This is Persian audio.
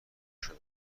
شده